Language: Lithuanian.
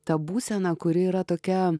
tą būseną kuri yra tokia